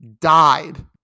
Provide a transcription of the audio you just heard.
Died